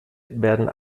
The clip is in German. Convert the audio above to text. werden